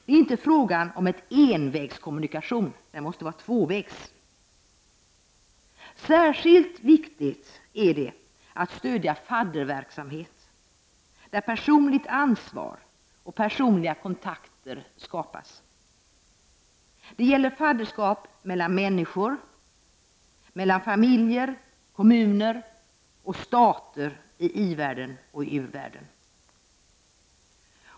Det är inte fråga om en envägskommunikation. Det måste vara tvåvägs. Särskilt viktigt är att stödja fadderverksamhet, där personligt ansvar och personliga kontakter skapas. Det gäller fadderskap mellan enskilda människor, familjer, kommuner och stater i ivärlden och u-världen.